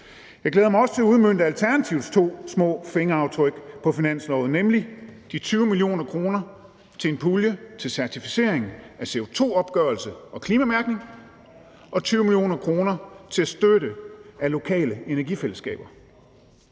Jeg glæder mig også til at udmønte Alternativets to små fingeraftryk på finansloven, nemlig 20 mio. kr. til en pulje til certificering af CO2-opgørelse og klimamærkning og 20 mio. kr. til støtte af lokale energifællesskaber.